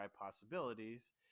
possibilities